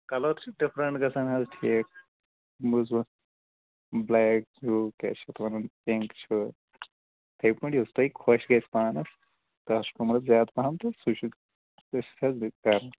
coloured چھِ different گژھان اَز ٹھیٖک بوٗزوٕ بٕلیک چھُ کیٛاہ چھِ اتھ ونان پِنٛک چھُ یِتھٕے پٲٹھۍ یُس تۅہہِ خۄش گژھِ پانس کاسٹ پیٚنو زیادٕ پہم تہٕ سُے چھُ بٔڈ پرٛابلِم